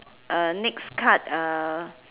uh next card uh